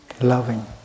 loving